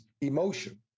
emotion